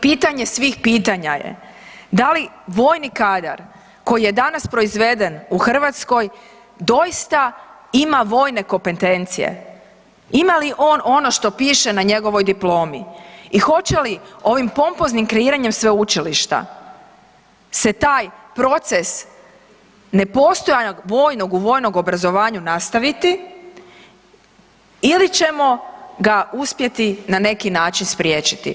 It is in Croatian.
Pitanje svih pitanja je da li vojni kadar koji je danas proizveden u Hrvatskoj doista ima vojne kompetencije, ima li on ono što piše na njegovoj diplomi i hoće li ovim pompoznim kreiranjem sveučilišta se taj proces nepostojanog vojnog u vojnom obrazovanju nastaviti ili ćemo ga uspjeti na neki način spriječiti?